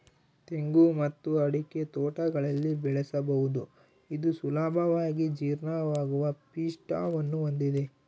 ತೆಂಗು ಮತ್ತು ಅಡಿಕೆ ತೋಟಗಳಲ್ಲಿ ಬೆಳೆಸಬಹುದು ಇದು ಸುಲಭವಾಗಿ ಜೀರ್ಣವಾಗುವ ಪಿಷ್ಟವನ್ನು ಹೊಂದಿದೆ